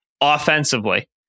Offensively